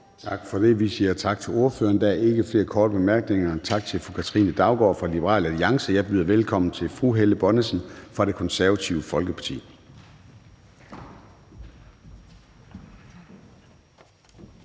Tak for det. Der er ikke flere korte bemærkninger. Vi siger tak til ordføreren, fru Katrine Daugaard fra Liberal Alliance. Jeg byder velkommen til fru Helle Bonnesen fra Det Konservative Folkeparti.